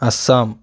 Assam